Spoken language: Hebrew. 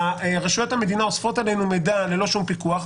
רשויות המדינה אוספות עלינו מידע ללא שום פיקוח.